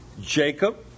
Jacob